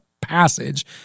passage